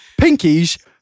Pinkies